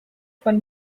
von